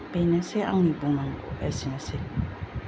बेनोसै आंनि बुंनांगौआ एसेनोसै